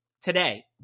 today